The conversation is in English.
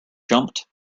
jumped